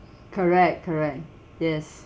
correct correct yes